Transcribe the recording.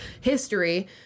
history